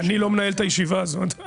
אני לא מנהל את הישיבה הזאת.